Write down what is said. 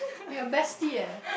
your bestie eh